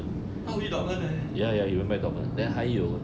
他回去 dorman meh